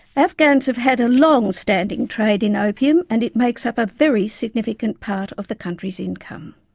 afghans have had a long standing trade in opium and it makes up a very significant part of the country's income.